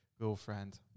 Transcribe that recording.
girlfriend